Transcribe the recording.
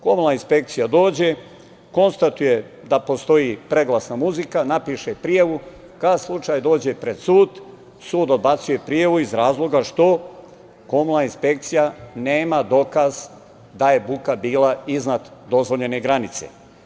Komunalna inspekcija dođe, konstatuje da postoji preglasna muzika, napiše prijavu, kad slučaj dođe pred sud, sud odbacuje prijavu iz razloga što komunalna inspekcija nema dokaz da je buka bila iznad dozvoljene granice.